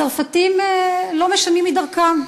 הצרפתים לא משנים מדרכם,